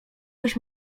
byś